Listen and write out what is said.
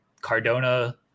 Cardona